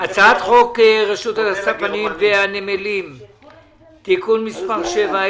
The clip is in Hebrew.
הצעת חוק רשות הספנות והנמלים (תיקון מס' 7),